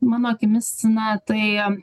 mano akimis na tai